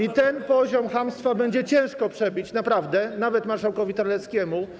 I ten poziom chamstwa będzie ciężko przebić, naprawdę, nawet marszałkowi Terleckiemu.